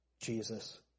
Jesus